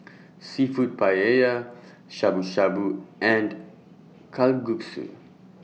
Seafood Paella Shabu Shabu and Kalguksu